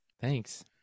Thanks